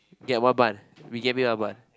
ya one bun we get me one bun